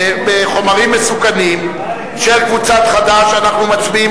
חומרים מסוכנים, של קבוצת חד"ש, אנחנו מצביעים